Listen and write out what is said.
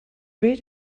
read